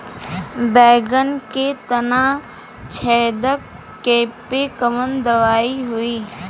बैगन के तना छेदक कियेपे कवन दवाई होई?